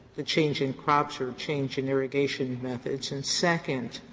the change in crops or change in irrigation methods? and, second,